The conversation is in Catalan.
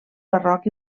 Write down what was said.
barroc